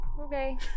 Okay